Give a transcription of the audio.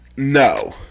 No